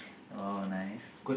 oh nice